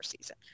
season